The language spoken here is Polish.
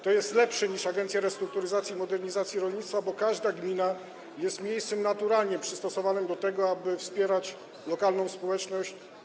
To jest lepsze niż nadzór Agencji Restrukturyzacji i Modernizacji Rolnictwa, bo każda gmina jest miejscem naturalnie przystosowanym do tego, aby wspierać lokalną społeczność.